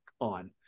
on